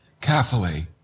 carefully